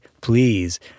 please